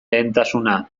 lehentasuna